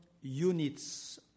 units